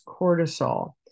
cortisol